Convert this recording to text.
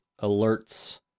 alerts